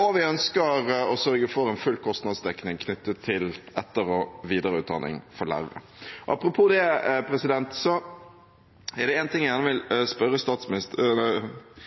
Og vi ønsker å sørge for en full kostnadsdekning knyttet til etter- og videreutdanning for lærere. Apropos dette er det en ting jeg gjerne vil